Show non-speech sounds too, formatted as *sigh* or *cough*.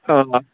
*unintelligible*